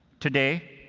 today,